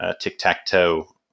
tic-tac-toe